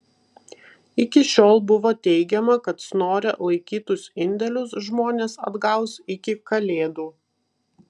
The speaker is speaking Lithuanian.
iki šiol buvo teigiama kad snore laikytus indėlius žmonės atgaus iki kalėdų